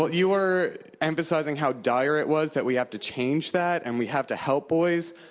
ah you were emphasizing how dire it was that we have to change that and we have to help boys.